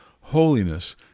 Holiness